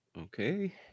Okay